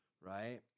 Right